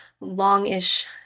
long-ish